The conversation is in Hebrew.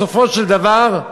בסופו של דבר,